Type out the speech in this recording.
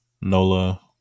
NOLA